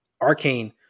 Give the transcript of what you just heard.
Arcane